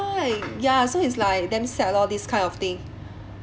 ya so is like damn sad lor this kind of thing